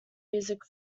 music